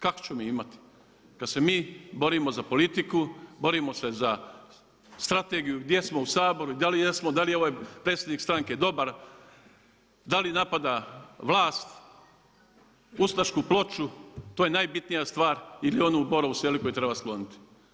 Kako ćemo i imati, kad se mi borimo za politiku, borimo se za strategiju, gdje smo u Saboru, da li jesmo, da li je ovaj predsjednik stranke dobar, da li napada vlast, Ustašku plaću, to je najbitnija stvar ili onu u Borovu Selu koju treba skloniti.